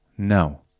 No